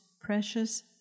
precious